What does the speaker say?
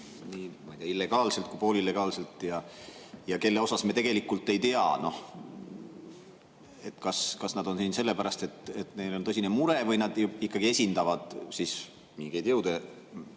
illegaalselt või poolillegaalselt ja kelle puhul me tegelikult ei tea, kas nad on siin sellepärast, et neil on tõsine mure, või nad esindavad mingeid jõude,